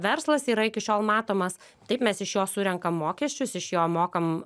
verslas yra iki šiol matomas taip mes iš jo surenkam mokesčius iš jo mokam